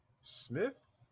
Smith